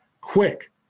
Quick